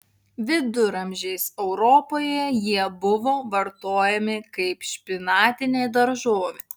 viduramžiais europoje jie buvo vartojami kaip špinatinė daržovė